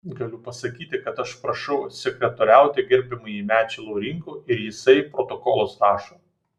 galiu pasakyti kad aš prašau sekretoriauti gerbiamąjį mečį laurinkų ir jisai protokolus rašo